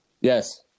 Yes